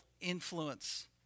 influence